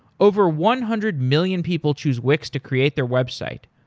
over one-hundred-million people choose wix to create their website.